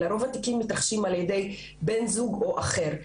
אלא רוב התיקים מתרחשים על ידי בן זוג או אחר.